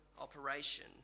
operation